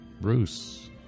Bruce